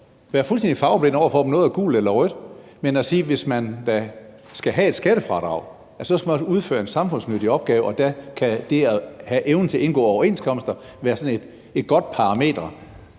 være fuldstændig farveblind over for, om noget er gult eller rødt – men i forhold til at hvis man skal have et skattefradrag, så skal man udføre en samfundsnyttig opgave, og der kan det at have evnen til at indgå overenskomster være sådan et godt parameter.